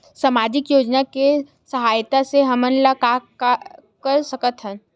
सामजिक योजना के सहायता से हमन का का कर सकत हन?